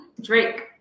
Drake